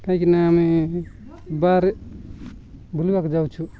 କାହିଁକିନା ଆମେ ବାହାରେ ବୁଲିବାକୁ ଯାଉଛୁ